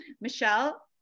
Michelle